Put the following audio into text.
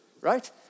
right